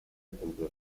entre